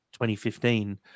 2015